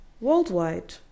worldwide